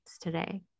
today